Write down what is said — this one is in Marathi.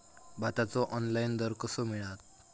भाताचो ऑनलाइन दर कसो मिळात?